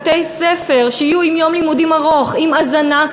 בתי-ספר עם יום לימודים ארוך ועם הזנה,